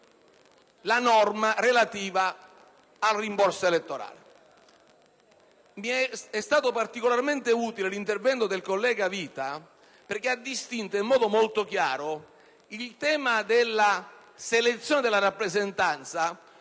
la norma relativa al rimborso elettorale. È stato particolarmente utile l'intervento del collega Vita perché ha distinto, in modo molto chiaro, il tema della selezione della rappresentanza